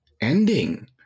ending